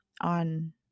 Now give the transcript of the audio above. on